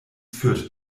führt